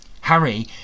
Harry